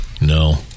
No